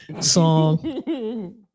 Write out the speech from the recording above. song